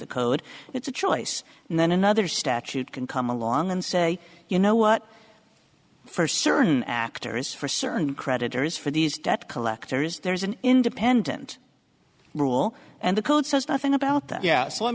the code it's a choice and then another statute can come along and say you know what for certain actors for certain creditors for these debt collectors there's an independent rule and the code says nothing about that yet so let